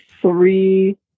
three